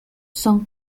son